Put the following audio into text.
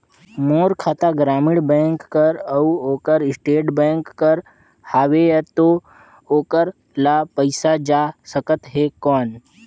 मोर खाता ग्रामीण बैंक कर अउ ओकर स्टेट बैंक कर हावेय तो ओकर ला पइसा जा सकत हे कौन?